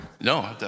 No